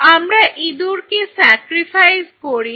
আমরা ইঁদুরকে স্যাক্রিফাইস করি